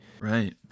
Right